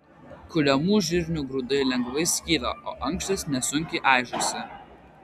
kuliamų žirnių grūdai lengvai skyla o ankštys nesunkiai aižosi